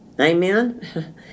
Amen